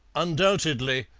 undoubtedly.